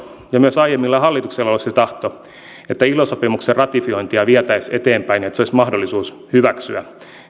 myös aiemmilla hallituksilla on ollut se tahto että ilo sopimuksen ratifiointia vietäisiin eteenpäin että se olisi mahdollista hyväksyä